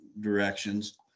directions